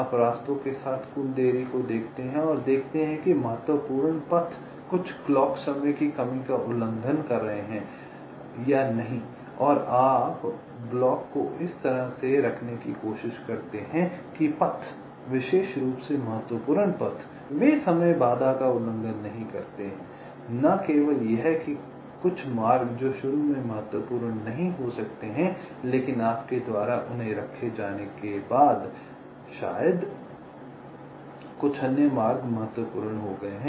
आप रास्तों के साथ कुल देरी को देखते हैं और देखते हैं कि महत्वपूर्ण पथ कुछ क्लॉक समय की कमी का उल्लंघन कर रहे हैं या नहीं और आप ब्लॉक को इस तरह से रखने की कोशिश करते हैं कि पथ विशेष रूप से महत्वपूर्ण पथ वे समय बाधा का उल्लंघन नहीं करते हैं न केवल यह कि कुछ मार्ग जो शुरू में महत्वपूर्ण नहीं हो सकते हैं लेकिन आपके द्वारा उन्हें रखे जाने के बाद शायद कुछ अन्य मार्ग महत्वपूर्ण हो गए हैं